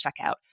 checkout